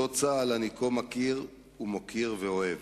אותו צה"ל שאני כה מכיר ומוקיר ואוהב.